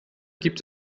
gibt